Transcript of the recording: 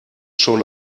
schon